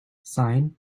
sine